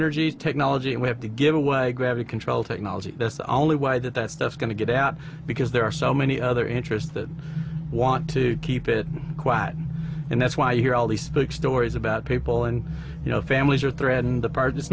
energy technology we have to give away grabbing control technology that's the only way that that stuff's going to get out because there are so many other interests that want to keep it quiet and that's why you hear all these stories about people and you know families are threatened the part i